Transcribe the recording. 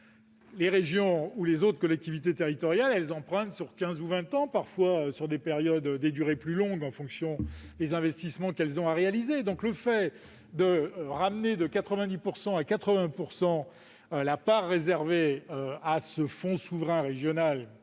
les régions et les autres collectivités territoriales empruntent sur quinze ou vingt ans, et parfois sur des durées plus longues, en fonction des investissements qu'elles ont à réaliser. Le fait de ramener de 90 % à 80 % la part réservée à ce fonds souverain régional,